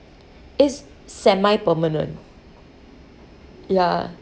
it's semi-permanent ya